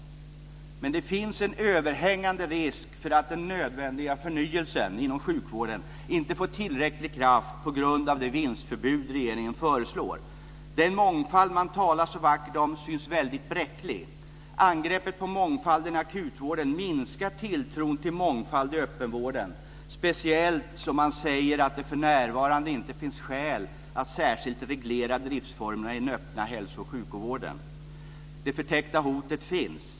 Men det finns en överhängande risk för att den nödvändiga förnyelsen inom sjukvården inte får tillräcklig kraft på grund av det vinstförbud regeringen föreslår. Den mångfald man talar så vackert om syns väldigt bräcklig. Angreppet på mångfalden i akutvården minskar tilltron till mångfald i öppenvården, speciellt som man säger "att det för närvarande inte finns skäl att särskilt reglera driftsformerna i den öppna hälso och sjukvården." Det förtäckta hotet finns.